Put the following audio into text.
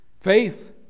Faith